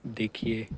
ਦੇਖੀਏ